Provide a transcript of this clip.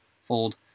Fold